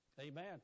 Amen